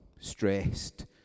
stressed